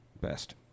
best